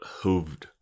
hooved